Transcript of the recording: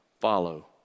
follow